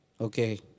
okay